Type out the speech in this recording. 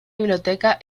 biblioteca